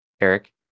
Eric